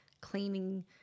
cleaning